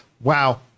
Wow